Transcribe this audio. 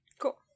Cool